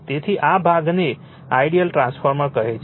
તેથી આ ભાગોને આઇડીઅલ ટ્રાન્સફોર્મર્સ કહે છે